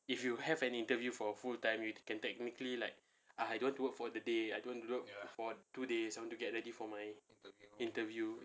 if you have an interview for a full time you can technically like I don't want to work for the day I don't want to work for two days I want to get ready for my interview